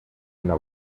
una